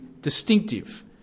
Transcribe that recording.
distinctive